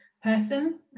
person